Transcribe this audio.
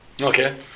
Okay